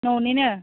न'निनो